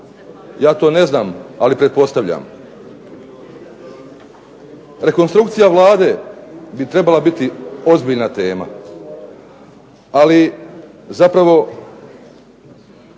ja to ne znam ali pretpostavljam. Rekonstrukcija Vlade bi trebala biti ozbiljna tema, ali zapravo,